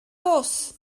fws